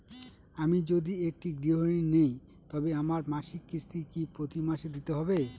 আমি যদি একটি গৃহঋণ নিই তবে আমার মাসিক কিস্তি কি প্রতি মাসে দিতে হবে?